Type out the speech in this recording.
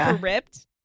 ripped